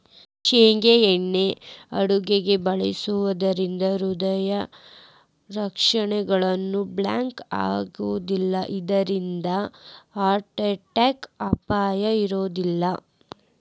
ಶೇಂಗಾ ಎಣ್ಣೆ ಅಡುಗಿಯೊಳಗ ಬಳಸೋದ್ರಿಂದ ಹೃದಯದ ರಕ್ತನಾಳಗಳು ಬ್ಲಾಕ್ ಆಗೋದಿಲ್ಲ ಇದ್ರಿಂದ ಹಾರ್ಟ್ ಅಟ್ಯಾಕ್ ಅಪಾಯ ಇರೋದಿಲ್ಲ